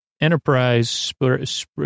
enterprise